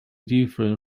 differ